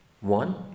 One